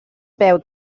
peu